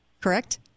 Correct